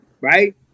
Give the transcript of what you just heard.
Right